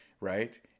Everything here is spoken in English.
right